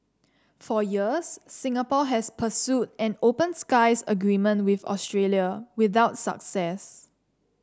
for years Singapore has pursued an open skies agreement with Australia without success